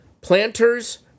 Planters